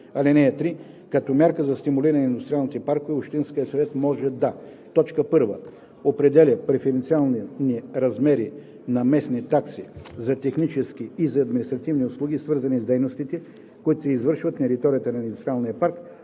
(3) Като мярка за стимулиране на индустриалните паркове общинският съвет може да: 1. определя преференциални размери на местни такси за технически и за административни услуги, свързани с дейностите, които се извършват на територията на индустриален парк;